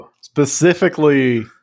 Specifically